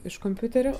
iš kompiuterio